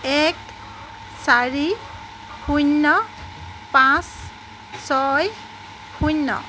এক চাৰি শূন্য পাঁচ ছয় শূন্য